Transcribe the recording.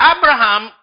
Abraham